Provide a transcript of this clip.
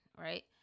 right